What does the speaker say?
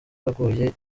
yaguye